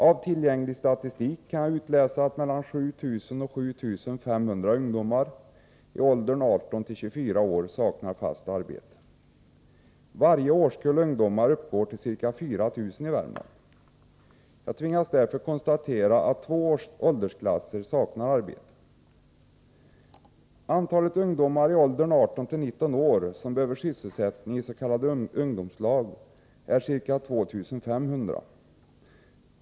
I tillgänglig statistik kan jag utläsa att 7 000-7 500 ungdomar i åldern 18-24 år saknar fast arbete. Varje årskull ungdomar uppgår till ca 4000 i Värmland. Jag tvingas därför konstatera att två åldersklasser saknar arbete. Antalet ungdomar i åldern 18-19 år som behöver sysselsättning i s.k. ungdomslag är ca 2500.